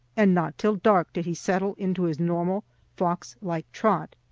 and not till dark did he settle into his normal fox-like trot.